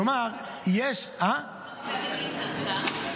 כלומר יש --- כמה פעמים היא התכנסה?